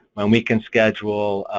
when we can schedule